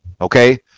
Okay